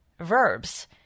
verbs